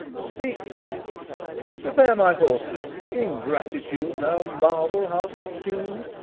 speak, sir prepare my horses ingratitude, thou marble-hearted fiend,